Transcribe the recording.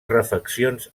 refeccions